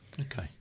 Okay